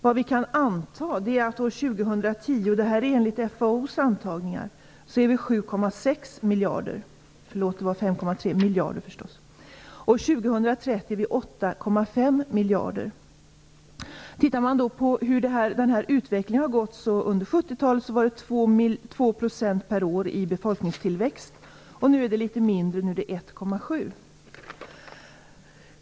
Vad vi kan anta är att vi år 2010 - detta enligt FAO:s antaganden - är 7,6 miljarder människor och år 2030 är vi 8,5 miljarder. Tittar man på utvecklingen ser man att befolkningstillväxten under 70-talet var 2 % per år. Nu är den litet mindre, nu är den 1,7 %.